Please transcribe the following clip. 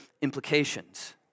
implications